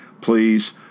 please